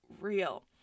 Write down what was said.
real